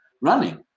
running